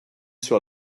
sur